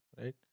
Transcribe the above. Right